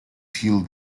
healed